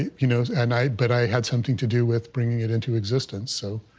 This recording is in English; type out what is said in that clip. you know, and i. but i had something to do with bringing it into existence, so,